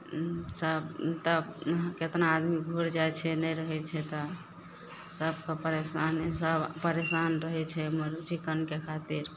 सब तब केतना आदमी घुरि जाइ छै नहि रहय छै तऽ सबके परेशानी सब परेशान रहय छै चिकनके खातिर